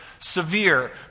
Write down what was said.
severe